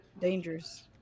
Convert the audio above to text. Dangerous